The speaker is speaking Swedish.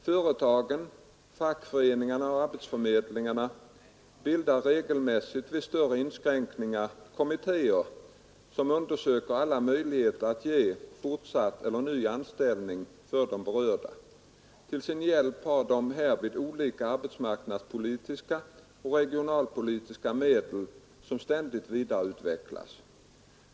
Företagen, fackföreningarna och arbetsförmedlingarna bildar regelmässigt vid större inskränkningar kommittéer som undersöker alla möjligheter att ge fortsatt eller ny anställning för de berörda. Till sin hjälp har de härvid olika arbetsmarknadspolitiska och regionalpolitiska medel som ständigt vidareutvecklas.